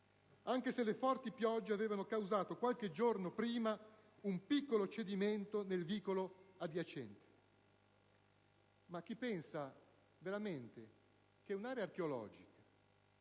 anche se le forti piogge avevano causato qualche giorno prima un piccolo cedimento nel vicolo adiacente. Chi pensa veramente che un'area archeologica